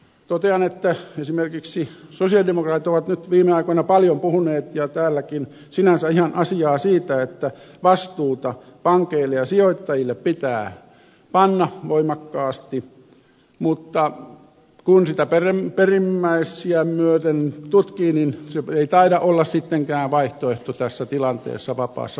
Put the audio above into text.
totean että esimerkiksi sosialidemokraatit ovat nyt viime aikoina paljon puhuneet ja täälläkin sinänsä ihan asiaa siitä että vastuuta pankeille ja sijoittajille pitää panna voimakkaasti mutta kun sitä perimmäisiään myöten tutkii niin se ei taida olla sittenkään vaihtoehto tässä tilanteessa vapaassa markkinataloudessa